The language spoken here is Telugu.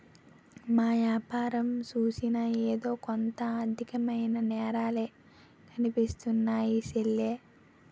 ఏ యాపారం సూసినా ఎదో కొంత ఆర్దికమైన నేరాలే కనిపిస్తున్నాయ్ సెల్లీ